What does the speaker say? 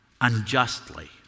unjustly